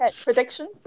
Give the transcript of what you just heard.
predictions